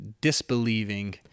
disbelieving